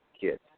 kids